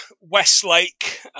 Westlake